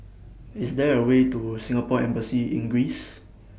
IS There A Way to Singapore Embassy in Greece